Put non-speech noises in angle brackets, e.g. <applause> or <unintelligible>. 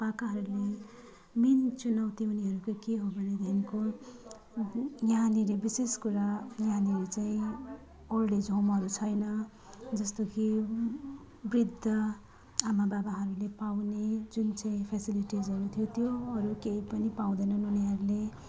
पाकाहरूले मेन चुनौती उनीहरूको के हो भनेदेखिको <unintelligible> यहाँनिर विशेष कुरा यहाँनिर चाहिँ ओल्ड एज होमहरू छैन जस्तो कि वृद्ध आमाबाबाहरूले पाउने जुन चाहिँ फेसिलिटिसहरू थियो त्योहरू केही पनि पाउँदैन उनीहरूले